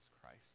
Christ